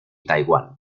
taiwan